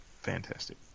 fantastic